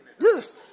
yes